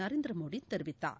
நரேந்திரமோடிதெரிவித்தார்